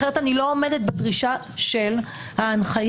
אחרת אני לא עומדת בדרישה של ההנחיה.